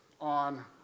on